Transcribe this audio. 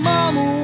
Mama